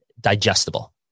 digestible